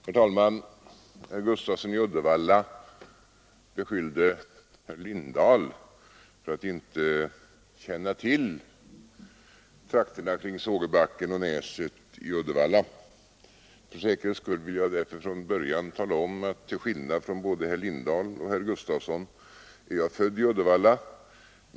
Herr talman! Herr Gustafsson i Uddevalla beskyllde herr Lindahl i Hamburgsund för att inte känna till trakterna kring Sågebacken och Näset i Uddevalla. För säkerhets skull vill jag därför redan från början tala om att till skillnad från både herr Lindahl och herr Gustafsson är jag född i Uddevalla.